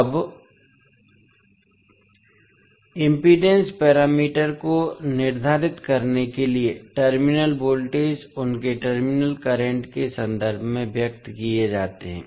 अब impedance parameter को निर्धारित करने के लिए टर्मिनल वोल्टेज उनके टर्मिनल करंट के संदर्भ में व्यक्त किए जाते हैं